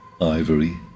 ivory